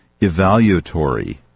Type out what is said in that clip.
evaluatory